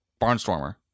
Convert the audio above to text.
Barnstormer